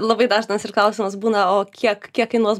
labai dažnas ir klausimas būna o kiek kiek kainuos